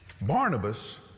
Barnabas